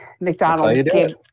McDonald's